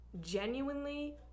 genuinely